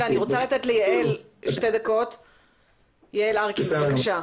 --- יעל ארקין, בבקשה.